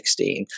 2016